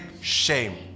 shame